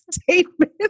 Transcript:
statement